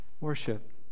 worship